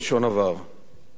קשה עוד יותר לעמוד כאן,